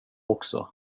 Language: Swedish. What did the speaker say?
också